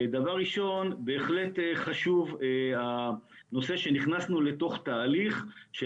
בהחלט חשוב הנושא שנכנסנו לתוך תהליך של